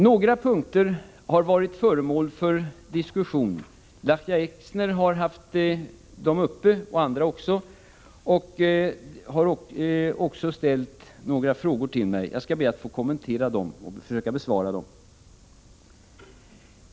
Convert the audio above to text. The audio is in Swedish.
Några punkter har varit föremål för diskussion. Lahja Exner, och även andra, har tagit upp dem och ställt några frågor till mig. Jag skall be att få kommentera dem och försöka besvara dem.